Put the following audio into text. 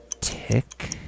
Tick